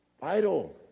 Vital